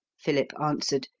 philip answered,